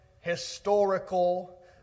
historical